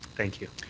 thank you.